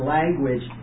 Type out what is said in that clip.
language